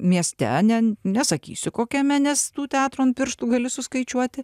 mieste ne nesakysiu kokiame nes tų teatrų an pirštų gali suskaičiuoti